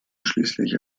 schließlich